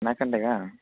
ನಾಲ್ಕು ಗಂಟೆಗಾ